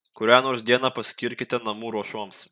kurią nors dieną paskirkite namų ruošoms